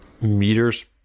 meters